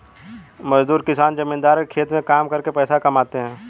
मजदूर किसान जमींदार के खेत में काम करके पैसा कमाते है